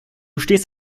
stehst